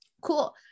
Cool